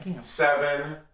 seven